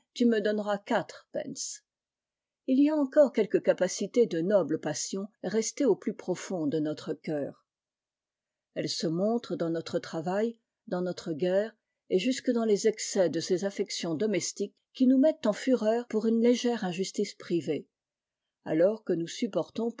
i y a encore quelque capacité de nobles passions restée au plus profond de notre cœur elle se montre dans notre travail dans notre guerre et jusque dans les excès de ces affections domestiques qui nous mettent en fureur pour une légère injustice privée alors que nous supportons